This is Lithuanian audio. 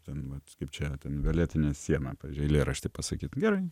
ten mat kaip čia ten violetinę sieną pavyzdžiui eilėraštį pasakyt gerai